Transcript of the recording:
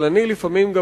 אבל לפעמים אני גם